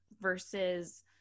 versus